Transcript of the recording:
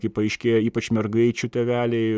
kaip paaiškėjo ypač mergaičių tėveliai